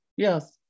Yes